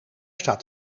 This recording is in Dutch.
staat